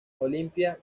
olympia